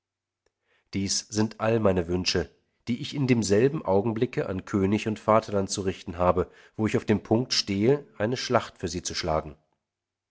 dies sind all meine wünsche die ich in demselben augenblicke an könig und vaterland zu richten habe wo ich auf dem punkt stehe eine schlacht für sie zu schlagen